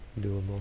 doable